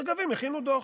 רגבים הכינו דוח.